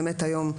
באמת היום,